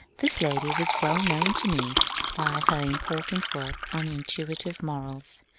this lady was well known to me by her im portant work on intuitive morals,